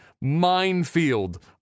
minefield